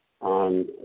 on